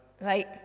Right